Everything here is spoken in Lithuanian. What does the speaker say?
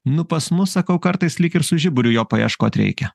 nu pas mus sakau kartais lyg ir su žiburiu jo paieškot reikia